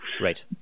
Right